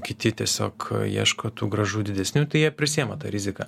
kiti tiesiog ieško tų gražų didesnių tai jie prisiema tą riziką